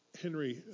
Henry